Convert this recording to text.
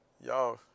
Y'all